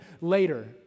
later